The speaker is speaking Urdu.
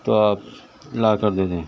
تو آپ لا کر دے دیں